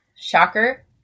Shocker